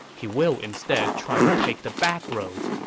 he will instead try to take the backroads.